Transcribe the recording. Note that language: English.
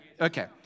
Okay